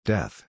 Death